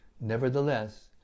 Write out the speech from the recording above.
Nevertheless